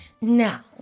Now